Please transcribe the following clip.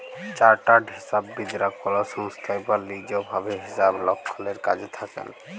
chartered হিসাববিদ রা কল সংস্থায় বা লিজ ভাবে হিসাবরক্ষলের কাজে থাক্যেল